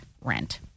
rent